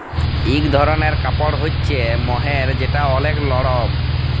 ইক ধরলের কাপড় হ্য়চে মহের যেটা ওলেক লরম